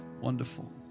wonderful